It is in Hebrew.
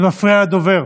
זה מפריע לדובר.